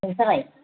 नोंस्रालाय